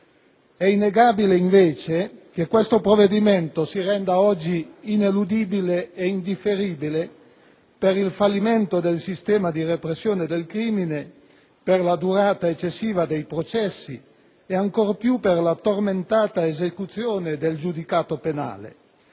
E innegabile, invece, che questo provvedimento si renda oggi ineludibile e indifferibile per il fallimento del sistema di repressione del crimine, per la durata eccessiva dei processi, e ancor più per la tormentata esecuzione del giudicato penale.